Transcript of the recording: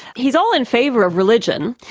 he's all in favour of religion,